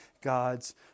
God's